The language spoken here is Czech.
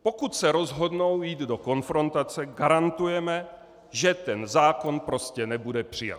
Pokud se rozhodnou jít do konfrontace, garantujeme, že ten zákon prostě nebude přijat.